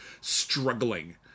struggling